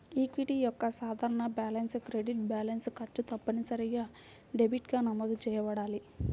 equity యొక్క సాధారణ balance credit balance, ఖర్చు తప్పనిసరిగా డెబిట్గా నమోదు చేయబడాలి